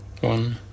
One